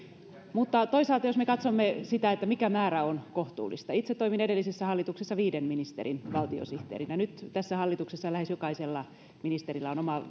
mutta toisaalta jos me katsomme sitä mikä määrä on kohtuullista itse toimin edellisessä hallituksessa viiden ministerin valtiosihteerinä nyt tässä hallituksessa lähes jokaisella ministerillä on oma